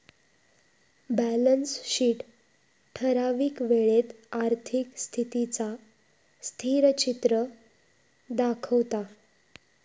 balance sheet ठरावीक वेळेत आर्थिक स्थितीचा स्थिरचित्र दाखवता